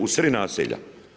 U sred naselja.